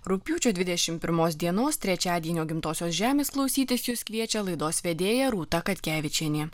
rugpjūčio dvidešim pirmos dienos trečiadienio gimtosios žemės klausytis jus kviečia laidos vedėja rūta katkevičienė